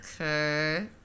okay